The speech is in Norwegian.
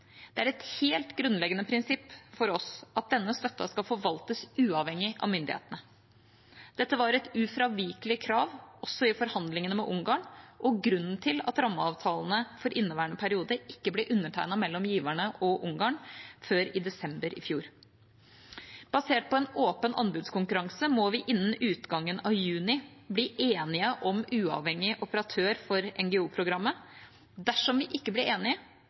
Det er et helt grunnleggende prinsipp for oss at denne støtten skal forvaltes uavhengig av myndighetene. Dette var et ufravikelig krav også i forhandlingene med Ungarn og grunnen til at rammeavtalene for inneværende periode ikke ble undertegnet mellom giverne og Ungarn før i desember i fjor. Basert på en åpen anbudskonkurranse må vi innen utgangen av juni bli enige om en uavhengig operatør for NGO-programmet. Dersom vi ikke blir enige,